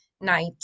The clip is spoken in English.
night